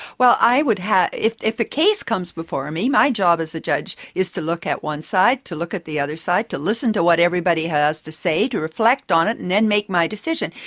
well, i would have, if the case comes before me, my job as a judge is to look at one side, to look at the other side, to listen to what everybody has to say, to reflect on it and then make my decision.